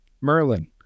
Merlin